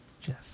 Jeff